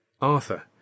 Arthur